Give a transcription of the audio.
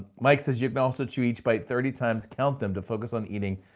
mike says you can also chew each by thirty times, count them to focus on eating.